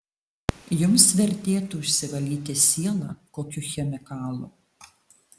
jums vertėtų išsivalyti sielą kokiu chemikalu